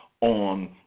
on